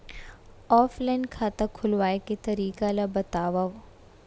Offline खाता खोलवाय के तरीका ल बतावव?